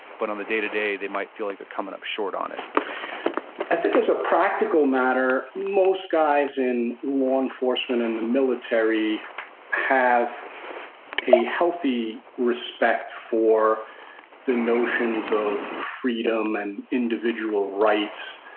but on the day to day they might feel like they're coming up short on it i think as a practical matter, most guys in law enforcement and the military have a healthy respect for the notions of freedom and individual rights,